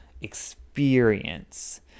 experience